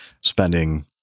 spending